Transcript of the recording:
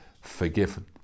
forgiven